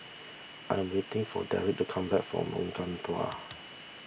I am waiting for Derrick to come back from Lengkong Dua